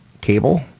cable